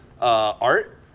art